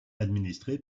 administré